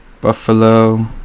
Buffalo